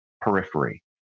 periphery